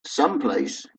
someplace